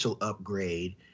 upgrade